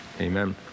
Amen